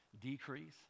decrease